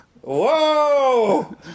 Whoa